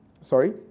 Sorry